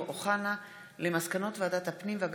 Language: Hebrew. אין שקיפות ואין אכיפה של נוהל השימוש בהן.